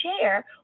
share